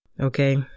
Okay